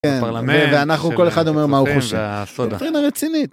הפרלמנט, אנחנו כל אחד אומר מה הוא חושב, דוקטרינה רצינית.